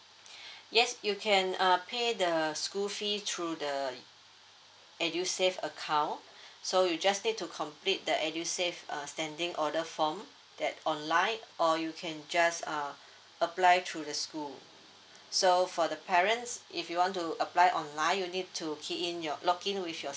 yes you can uh pay the school fee through the edusave account so you just need to complete the edusave uh standing order form that online or you can just uh apply through the school so for the parents if you want to apply online you need to key in your log in with your